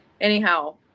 Anyhow